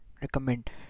recommend